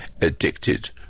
addicted